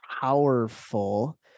powerful